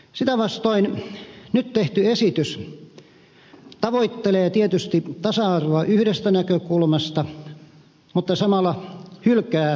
sitä vastoin nyt tehty esitys tavoittelee tietysti tasa arvoa yhdestä näkökulmasta mutta samalla hylkää toisen